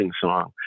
song